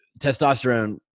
testosterone